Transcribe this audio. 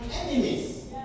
enemies